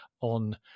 on